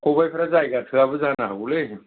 खबायफ्रा जायगा थोयाबो जानो हागौलै